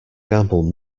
gamble